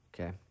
Okay